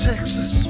Texas